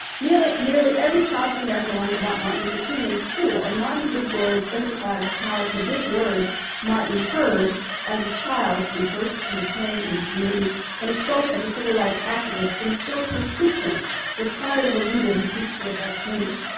nearly nearly every child in america learns about martin luther king, jr. in school, and martin's big words emphasizes how the big words king heard as a child in church, in his home, in his community and spoke as a civil rights activist instilled persistence required of a leader who seeks to effect change.